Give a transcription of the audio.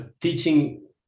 teaching